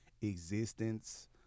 existence